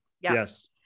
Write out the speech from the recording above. Yes